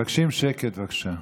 מבקשים שקט, בבקשה.